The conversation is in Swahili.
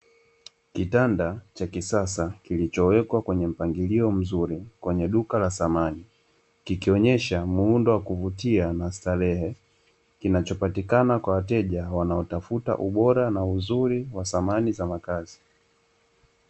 Kitanda cha kisasa, kilichowekwa kwenye mpangilio mzuri kwenye duka la samani, kikionesha muundo wa kuvutia na starehe. Kinachopatikana kwa wateja wanaotafuta ubora na uzuri wa samani za makazi.